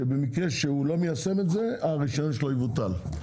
שבמקרה והוא לא מיישם את זה הרישיון שלו יבוטל.